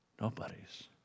Nobody's